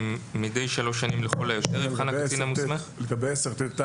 "מדי שלוש שנים לכל היותר יבחן הקצין המוסמך את הצורך"